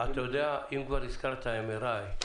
אם כבר הזכרת MRI,